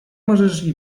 możesz